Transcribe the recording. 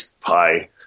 pie